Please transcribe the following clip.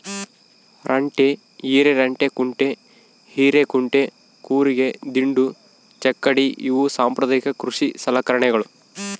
ರಂಟೆ ಹಿರೆರಂಟೆಕುಂಟೆ ಹಿರೇಕುಂಟೆ ಕೂರಿಗೆ ದಿಂಡು ಚಕ್ಕಡಿ ಇವು ಸಾಂಪ್ರದಾಯಿಕ ಕೃಷಿ ಸಲಕರಣೆಗಳು